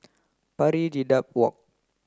Pari Dedap Walk